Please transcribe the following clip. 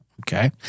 Okay